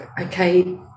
okay